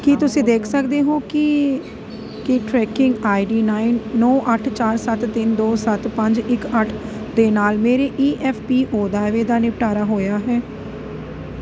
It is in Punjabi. ਕੀ ਤੁਸੀਂ ਦੇਖ ਸਕਦੇ ਹੋ ਕਿ ਕੀ ਟਰੈਕਿੰਗ ਆਈ ਡੀ ਨਾਈ ਨੌਂ ਅੱਠ ਚਾਰ ਸੱਤ ਤਿੰਨ ਦੋ ਸੱਤ ਪੰਜ ਇੱਕ ਅੱਠ ਦੇ ਨਾਲ ਮੇਰੇ ਈ ਐਫ ਪੀ ਓ ਦਾਅਵੇ ਦਾ ਨਿਪਟਾਰਾ ਹੋਇਆ ਹੈ